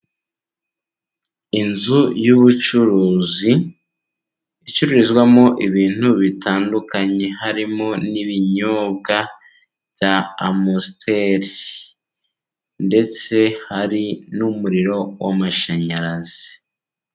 Inzu y'ubucuruzi icururizwamo ibintu bitandukanye, harimo n'ibinyobwa bya a Amasiteri ndetse hari n'umuriro w'amashanyarazi.